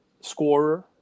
scorer